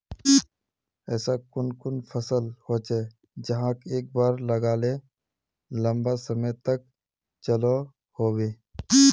ऐसा कुन कुन फसल होचे जहाक एक बार लगाले लंबा समय तक चलो होबे?